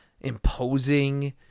imposing